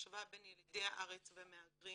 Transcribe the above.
השוואה בין ילידי הארץ ומהגרים.